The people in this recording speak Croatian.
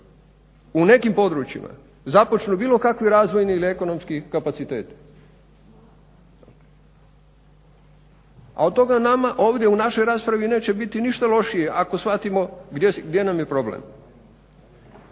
u nekim područjima započnu bilo kakvi ekonomski ili razvojni kapaciteti. A od toga nama ovdje u našoj raspravi neće biti ništa lošije ako shvatimo gdje nam je problem.